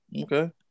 Okay